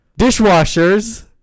Dishwashers